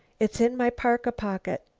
it's in my parka pocket.